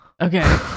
Okay